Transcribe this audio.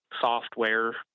software